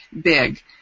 big